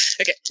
okay